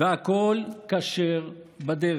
והכול כשר בדרך.